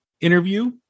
interview